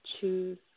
choose